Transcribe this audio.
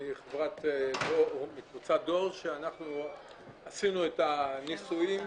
מקבוצת דור, אנחנו עשינו את הניסויים.